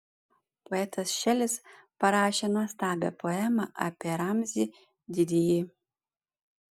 poetas šelis parašė nuostabią poemą apie ramzį didįjį